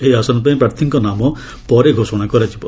ଏହି ଆସନପାଇଁ ପ୍ରାର୍ଥୀଙ୍କ ନାମ ପରେ ଘୋଷଣା କରାଯିବ